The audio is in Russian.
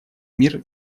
мир